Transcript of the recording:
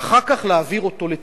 ואחר כך להעביר אותו לטיפול.